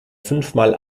fünfmal